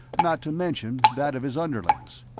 not to mention that of his underlings.